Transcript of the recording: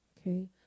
okay